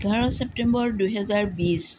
এঘাৰ চেপ্তেম্বৰ দুহেজাৰ বিছ